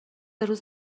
روز